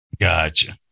Gotcha